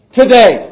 today